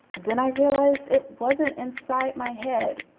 then i realized it wasn't inside my head.